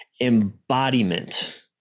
embodiment